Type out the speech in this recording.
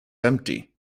empty